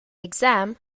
exam